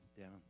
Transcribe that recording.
down